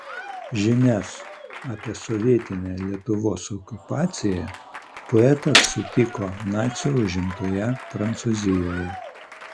žinias apie sovietinę lietuvos okupaciją poetas sutiko nacių užimtoje prancūzijoje